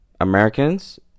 Americans